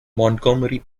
montgomery